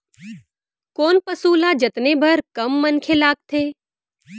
कोन पसु ल जतने बर कम मनखे लागथे?